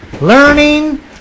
learning